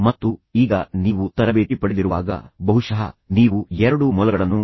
ಮತ್ತು ಈಗ ನೀವು ತರಬೇತಿ ಪಡೆದಿರುವಾಗ ಬಹುಶಃ ನೀವು ಎರಡೂ ಮೊಲಗಳನ್ನು ನೋಡಬಹುದು